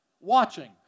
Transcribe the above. watching